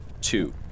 Two